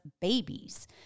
babies